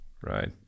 right